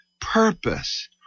purpose